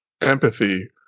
empathy